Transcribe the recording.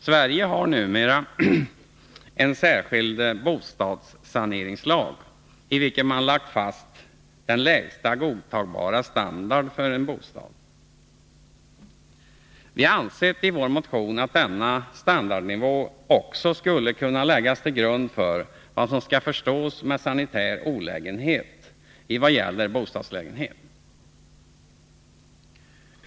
Sverige har numera en särskild bostadssaneringslag, i vilken man lagt fast lägsta godtagbara standard för en bostad. Vi har i vår motion ansett att denna standardnivå också skulle kunna läggas till grund för vad som skall förstås med sanitär olägenhet när det gäller bostadslägenhet.